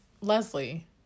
Leslie